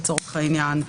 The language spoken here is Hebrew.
לצורך העניין.